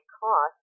cost